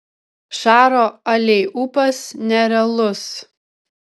šaro aleiupas nerealus